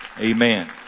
Amen